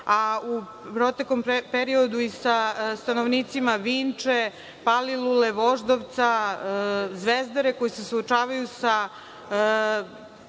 a u proteklom periodu i sa stanovnicima Vinče, Palilule, Voždovca, Zvezdare, koji se suočavaju sa